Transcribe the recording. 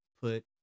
put